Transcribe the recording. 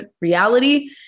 reality